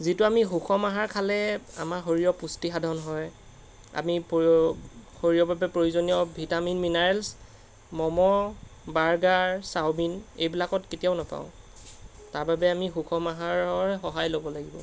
যিটো আমি সুষম আহাৰ খালে আমাৰ শৰীৰৰ পুষ্টি সাধন হয় আমি প শৰীৰৰ বাবে প্ৰয়োজনীয় vitamin minerals momo burger chow mein এইবিলাকত কেতিয়াও নাপাওঁ তাৰ বাবে আমি সুষম আহাৰৰে সহায় ল'ব লাগিব